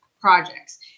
projects